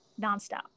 nonstop